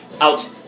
out